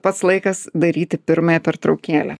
pats laikas daryti pirmąją pertraukėlę